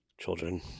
Children